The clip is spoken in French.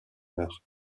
meurt